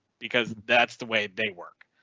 because that's the way they work.